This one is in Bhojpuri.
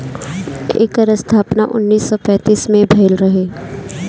एकर स्थापना उन्नीस सौ पैंतीस में भइल रहे